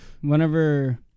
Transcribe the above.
Whenever